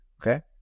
okay